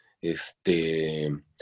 este